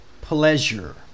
pleasure